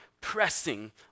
pressing